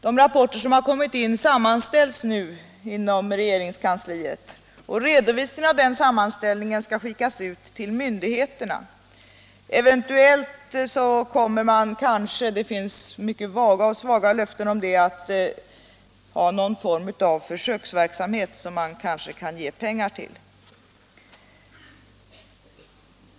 De rapporter som har kommit in sammanställs nu inom regeringskansliet, och redovisningen av den sammanställningen skall skickas ut till myndigheterna. Eventuellt kommer man — det finns mycket vaga och svaga löften om det — att ha någon form av försöksverksamhet som man kanske kan ge pengar till.